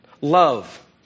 Love